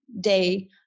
day